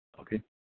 Okay